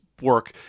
work